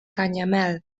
canyamel